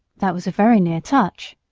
that was a very near touch,